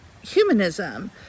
humanism